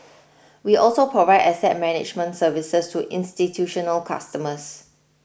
we also provide asset management services to institutional customers